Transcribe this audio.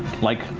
like,